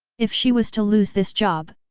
if she was to lose this job,